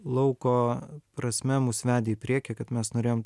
lauko prasme mus vedė į priekį kad mes norėjom